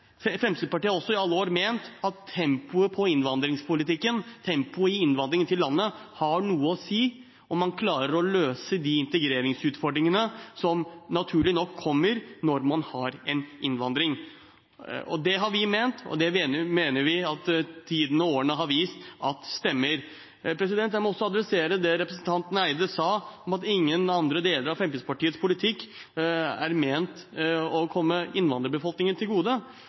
Men Fremskrittspartiet har også i alle år ment at tempoet i innvandringspolitikken, tempoet i innvandringen til landet, har noe å si for om man skal klare å løse de integreringsutfordringene som naturlig nok kommer når man har innvandring. Det har vi ment, og det mener vi at tiden og årene har vist stemmer. Jeg må også adressere det representanten Eide sa, om at ingen andre deler av Fremskrittspartiets politikk er ment å komme innvandrerbefolkningen til gode.